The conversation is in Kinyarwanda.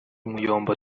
muyombo